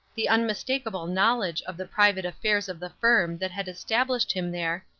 the unmistakable knowledge of the private affairs of the firm that had established him there,